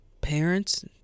parents